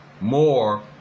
more